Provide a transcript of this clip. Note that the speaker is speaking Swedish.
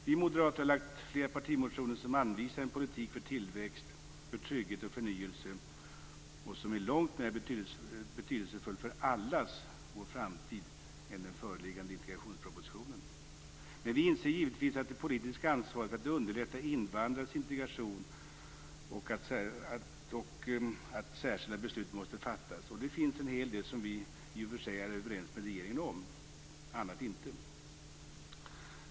Vi moderater har väckt flera partimotioner som anvisar en politik för tillväxt, trygghet och förnyelse och som är långt mer betydelsefull för allas vår framtid än den föreliggande integrationspropositionen. Men vi inser givetvis det politiska ansvaret för att underlätta invandrares integration och att särskilda beslut måste fattas. Det finns en hel del som vi i och för sig är överens med regeringen om, annat inte.